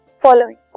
following